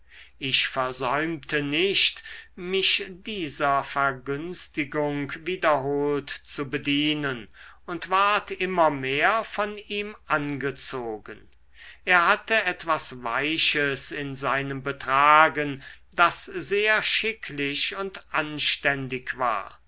ich versäumte nicht mich dieser vergünstigung wiederholt zu bedienen und ward immer mehr von ihm angezogen er hatte etwas weiches in seinem betragen das sehr schicklich und anständig war